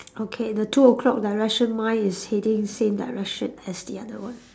okay the two o-clock direction mine is heading same direction as the other one